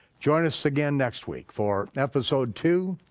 join us again next week for episode two,